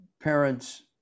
parents